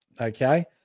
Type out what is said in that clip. okay